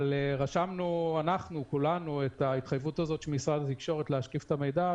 אבל כולנו רשמנו את ההתחייבות של משרד התקשורת ליצור שקיפות של המידע.